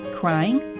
crying